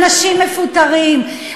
אנשים מפוטרים,